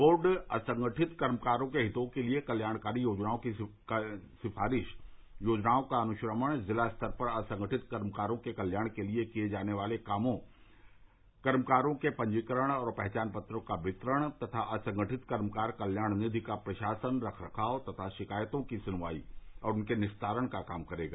board असंगठित कर्मकारों के हितों के लिए कल्याणकारी योजनाओं की सिफ़ारिश योजनाओं का अनुश्रवण जिला स्तर पर असंगठित कर्मकारों के कल्याण के लिए किये जाने वाले कामों कर्मकारों के पंजीयन और पहचान पत्रों का वितरण तथा असंगठित कर्मकार कल्याण निधि का प्रशासन रख रखाव तथा शिकायतों की सुनवाई और उनके निस्तारण का काम करेगा